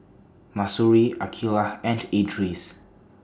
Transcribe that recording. Mahsuri Aqeelah and Idris